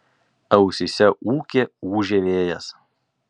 ausyse ūkė ūžė vėjas